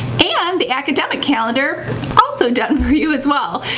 and the academic calendar also done for you as well.